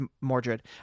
Mordred